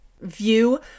view